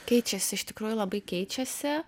keičiasi iš tikrųjų labai keičiasi